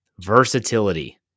Versatility